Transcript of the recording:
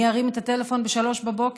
מי ירים את הטלפון ב-03:00, בבוקר?